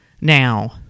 now